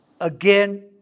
again